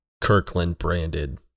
Kirkland-branded